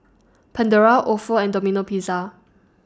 Pandora Ofo and Domino Pizza